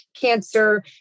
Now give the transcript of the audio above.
cancer